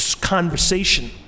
conversation